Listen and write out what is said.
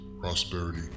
prosperity